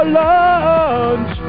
lunch